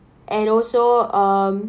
and also um